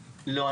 לא,